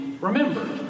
remembered